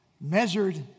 measured